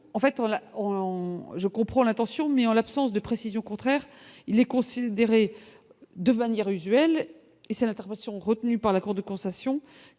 en fait on je comprends l'intention mais en l'absence de précisions contraire il est considéré de manière usuelle et c'est intervention sont retenus par la cour de concessions